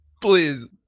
please